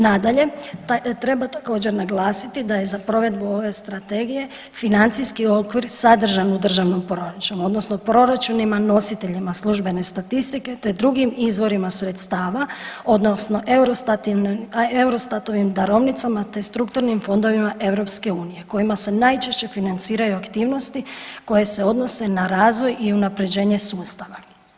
Nadalje, treba također naglasiti da je za provedbu ove strategije financijski okvir sadržan u državnom proračunu odnosno u proračunima nositeljima službene statistike, te drugim izvorima sredstava odnosno Eurostatovim darovnicama, te strukturnim fondovima EU kojima se najčešće financiraju aktivnosti koje se odnose na razvoj i unaprjeđenje sustava.